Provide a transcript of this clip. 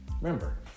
Remember